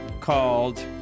called